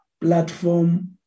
platform